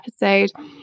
episode